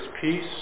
peace